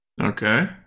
Okay